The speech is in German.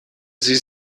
sie